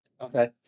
Okay